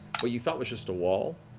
what you thought was just a wall,